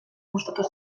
gustatu